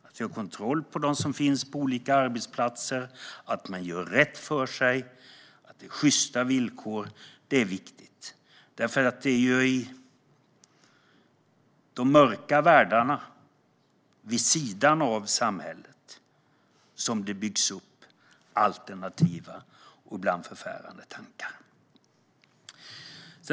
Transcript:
Vi ska ha kontroll på dem som finns på olika arbetsplatser, att man gör rätt för sig och att det är sjysta villkor. Det är viktigt. Det är i de mörka världarna vid sidan av samhället som det byggs upp alternativa och ibland förfärande tankar.